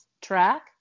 track